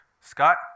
Scott